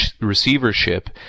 receivership